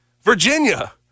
Virginia